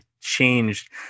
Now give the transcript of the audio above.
changed